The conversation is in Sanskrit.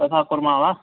तथा कुर्मः वा